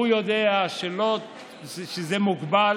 הוא יודע שזה מוגבל.